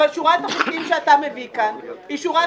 אבל שורת החוקים שאתה מביא כאן היא שורת